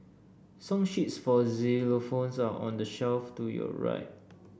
song sheets for xylophones are on the shelf to your right